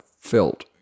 felt